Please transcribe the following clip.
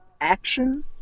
action